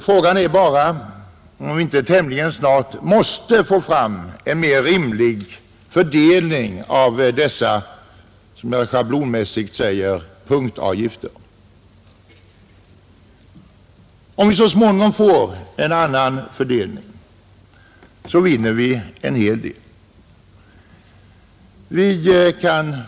Frågan är bara om vi inte tämligen snart måste få fram en mer rimlig fördelning av dessa, som jag schablonmässigt säger, punktavgifter. Om vi så småningom får en annan fördelning, vinner vi en hel del.